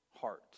heart